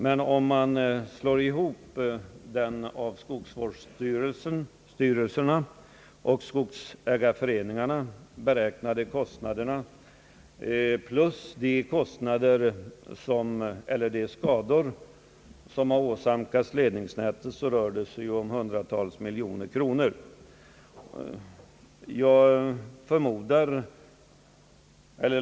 Men om man slår ihop de av skogsvårdsstyrelserna och skogsägarföreningarna beräknade kostnaderna och kostnaderna för de skador som har åsamkats ledningsnätet, finner man att det rör sig om hundratals miljoner kronor.